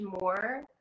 more